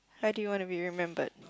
why do you want to be remembered